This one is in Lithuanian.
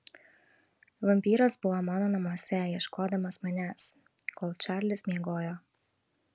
vampyras buvo mano namuose ieškodamas manęs kol čarlis miegojo